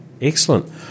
Excellent